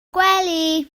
gwely